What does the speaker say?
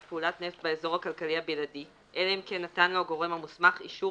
פעולת נפט באזור הכלכלי הבלעדי אלא אם כן נתן לו הגורם המוסמך אישור